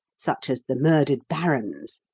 such as the murdered barons,